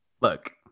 Look